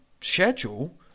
Schedule